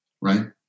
right